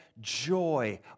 joy